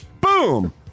boom